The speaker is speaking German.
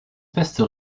beste